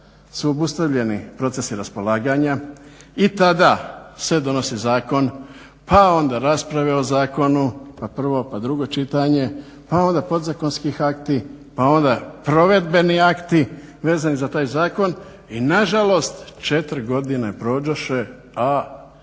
su obustavljeni procesi raspolaganja i tada se donosi zakon pa onda raspravlja o zakonu, pa prvo pa drugo čitanje, pa onda podzakonski akti, pa onda provedbeni akti vezani za taj zakon i nažalost četiri godine prođoše, a